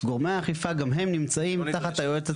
גורמי האכיפה גם הם נמצאים תחת היועצת המשפטית.